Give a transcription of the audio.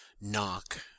knock